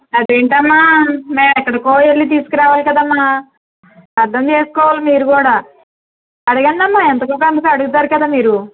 అదేంటమ్మా మేమెక్కడికో వెళ్ళి తీసుకురావాలి కదమ్మా అర్ధం చేసుకోవాలి మీరు కూడా అదేనమ్మా ఎంతకో కొంతకి అడుగుతారు కదా మీరు